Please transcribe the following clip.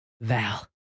Val